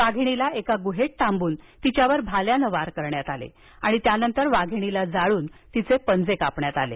वाधिणीला एका गृहेत डांबून तिघ्यावर भाल्याने वार करण्यात आले आणि नंतर वाधिणीला जाळून तिघे पंजे कापण्यात आले आहेत